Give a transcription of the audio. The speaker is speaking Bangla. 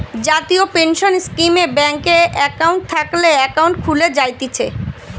জাতীয় পেনসন স্কীমে ব্যাংকে একাউন্ট থাকলে একাউন্ট খুলে জায়তিছে